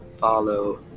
follow